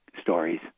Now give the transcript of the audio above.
stories